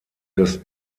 des